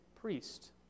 priest